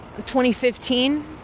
2015